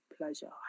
Pleasure